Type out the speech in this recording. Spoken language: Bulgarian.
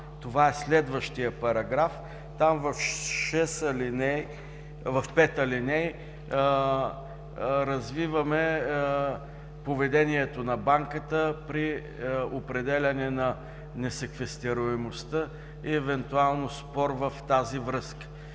това е следващият параграф. Там в пет алинеи развиваме поведението на банката при определяне на несеквестируемостта и евентуално спор в тази връзка.